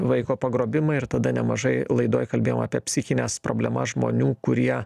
vaiko pagrobimą ir tada nemažai laidoj kalbėjom apie psichines problemas žmonių kurie